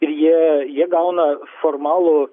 ir jie jei gauna formalų